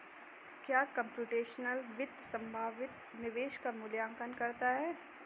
क्या कंप्यूटेशनल वित्त संभावित निवेश का मूल्यांकन करता है?